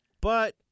But-